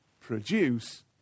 produce